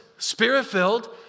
Spirit-filled